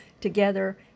together